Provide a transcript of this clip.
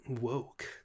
woke